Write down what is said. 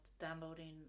downloading